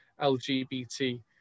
lgbt